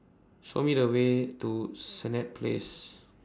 Show Me The Way to Senett Place